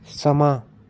समां